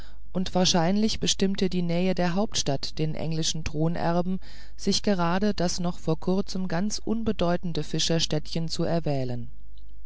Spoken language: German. und wahrscheinlich bestimmte die nähe der hauptstadt den englischen thronerben sich gerade das noch vor kurzem ganz unbedeutende fischerstädtchen zu erwählen